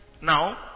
Now